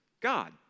God